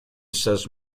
says